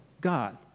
God